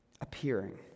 appearing